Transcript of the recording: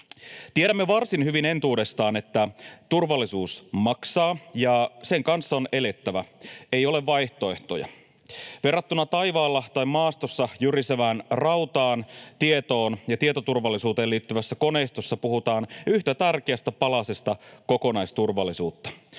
Tiedämme varsin hyvin entuudestaan, että turvallisuus maksaa, ja sen kanssa on elettävä. Ei ole vaihtoehtoja. Verrattuna taivaalla tai maastossa jyrisevään rautaan puhutaan tietoon ja tietoturvallisuuteen liittyvässä koneistossa yhtä tärkeästä palasesta kokonaisturvallisuutta,